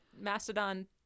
Mastodon